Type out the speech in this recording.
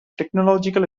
technological